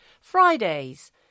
Fridays